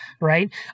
right